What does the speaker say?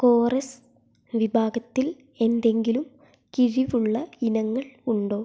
കോറെസ് വിഭാഗത്തിൽ എന്തെങ്കിലും കിഴിവുള്ള ഇനങ്ങൾ ഉണ്ടോ